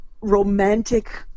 romantic